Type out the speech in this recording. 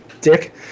dick